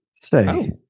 Say